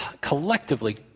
collectively